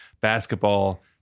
basketball